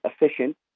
efficient